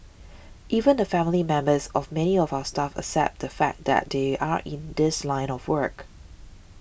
even the family members of many of our staff accept the fact that they are in this line of work